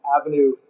Avenue